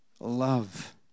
Love